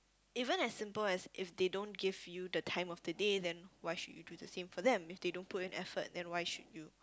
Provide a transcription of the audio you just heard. even is as simple as if they don't give you the time of the day then why should you do the same for them if they don't put in effort then why should you